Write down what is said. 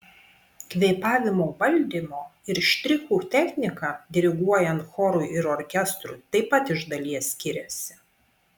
kvėpavimo valdymo ir štrichų technika diriguojant chorui ir orkestrui taip pat iš dalies skiriasi